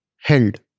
held